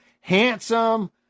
handsome